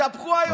התהפכו היוצרות.